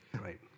Right